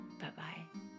bye-bye